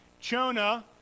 Jonah